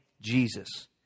Jesus